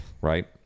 Right